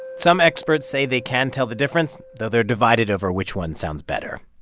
some experts say they can tell the difference, though they're divided over which one sounds better.